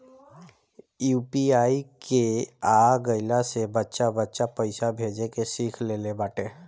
UPI के आ गईला से बच्चा बच्चा पईसा भेजे के सिख लेले बाटे